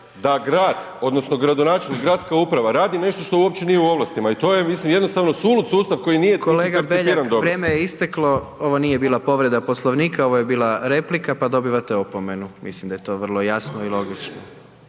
da grad odnosno gradonačelnik, gradska uprava radi nešto što uopće nije u ovlastima i to je mislim jednostavno sulud sustav koji nije koncipiran dobro. **Jandroković, Gordan (HDZ)** Kolega Beljak, vrijeme je isteklo. Ovo nije bila povreda Poslovnika, ovo je bila replika pa dobivate opomenu, mislim da je to vrlo jasno i logično.